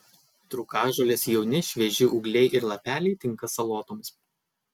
trūkažolės jauni švieži ūgliai ir lapeliai tinka salotoms